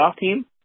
team